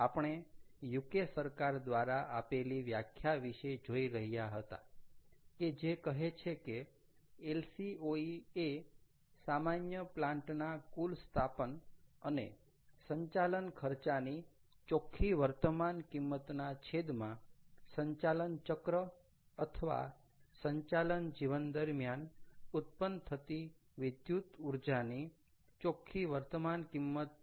આપણે UK સરકાર દ્વારા આપેલી વ્યાખ્યા વિશે જોઈ રહ્યા હતા કે જે કહે છે કે LCOE એ સામાન્ય પ્લાન્ટ ના કુલ સ્થાપન અને સંચાલન ખર્ચાની ચોખ્ખી વર્તમાન કિંમતના છેદમાં સંચાલન ચક્ર અથવા સંચાલન જીવન દરમ્યાન ઉત્પન્ન થતી વિદ્યુત ઊર્જાની ચોખ્ખી વર્તમાન કિંમત છે